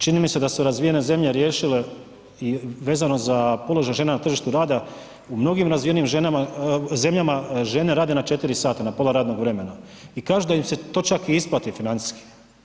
Čini mi se da su razvijene zemlje riješile i vezano za položaj žena na tržištu rada, u mnogim razvijenim ženama, zemljama, žene rade na 4 sata na pola radnog vremena i kažu da im se to čak i isplati financijski.